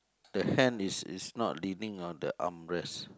the hand is is not leaning on the armrest